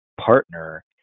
partner